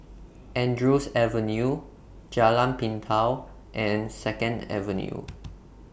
Andrews Avenue Jalan Pintau and Second Avenue